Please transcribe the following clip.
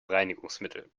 reinigungsmittel